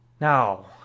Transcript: Now